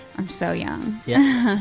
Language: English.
i'm so young. yeah.